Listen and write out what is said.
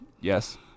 Yes